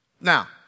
Now